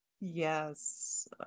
Yes